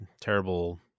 terrible